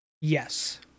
Yes